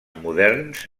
moderns